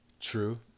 true